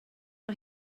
mae